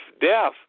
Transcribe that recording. death